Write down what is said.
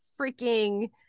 freaking